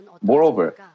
Moreover